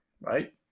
right